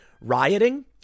Rioting